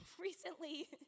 Recently